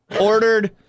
ordered